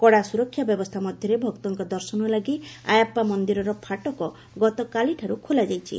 କଡା ସୁରକ୍ଷା ବ୍ୟବସ୍ଥା ମଧ୍ୟରେ ଭକ୍ତଙ୍କ ଦର୍ଶନ ଲାଗି ଆୟପ୍ସା ମନ୍ଦିରର ଫାଟକ ଗତକାଲିଠାରୁ ଖୋଲାଯାଇଛି